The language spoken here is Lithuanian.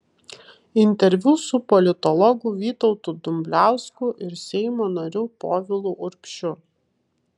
interviu su politologu vytautu dumbliausku ir seimo nariu povilu urbšiu